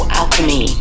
alchemy